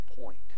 point